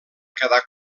quedar